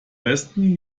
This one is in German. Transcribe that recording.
besten